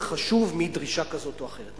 שהוא הרבה יותר חשוב מדרישה כזאת או אחרת.